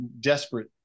desperate